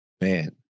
Man